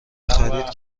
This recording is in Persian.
خرید